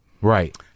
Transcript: right